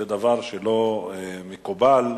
זה דבר שלא מקובל.